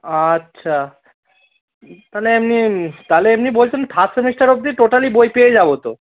আচ্ছা তাহলে এমনি তাহলে এমনি বলছেন থার্ড সেমিস্টার অব্দি টোটালি বই পেয়ে যাবো তো